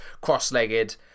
cross-legged